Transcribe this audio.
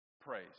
praise